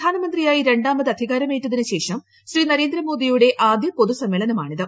പ്രധാനമന്ത്രിയായി രണ്ടാമത് അധികാരമേറ്റതിന് ശേഷം ശ്രീ നരേന്ദ്രമോദിയുടെ ആദ്യ പൊതു സമ്മേളനമാണ് ഇത്